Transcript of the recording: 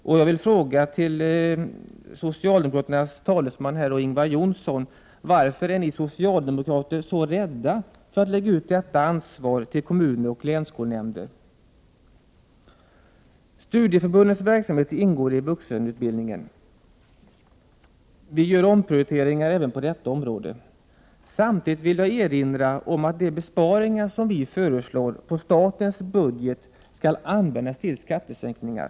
Och jag vill fråga socialdemokraternas talesman Ingvar Johnsson: Varför är ni socialdemokrater så rädda för att lägga ut detta ansvar till kommuner och länsskolnämnder? Studieförbundens verksamhet ingår i vuxenutbildningen. Vi gör omprioriteringar även på detta område. Samtidigt vill jag erinra om att de besparingar som vi föreslår beträffande statens budget skall användas till skattesänkningar.